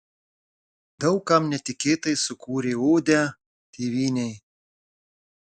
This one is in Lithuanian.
daug kam netikėtai sukūrė odę tėvynei